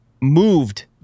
moved